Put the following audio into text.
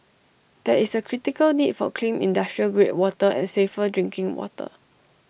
there is A critical need for clean industrial grade water and safer drinking water